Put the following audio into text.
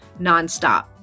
nonstop